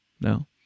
No